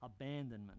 abandonment